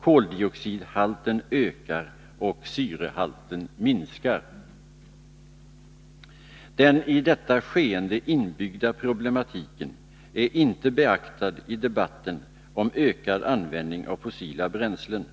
Koldioxidhalten ökar och syrehalten minskar. Deni detta skeende inbyggda problematiken är icke beaktad i debatten om ökad användning av fossila bränslen.